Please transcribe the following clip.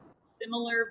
similar